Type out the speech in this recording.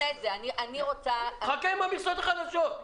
חכו עם המכסות החדשות.